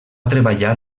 treballar